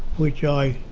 which i